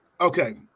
Okay